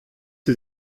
sie